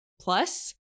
plus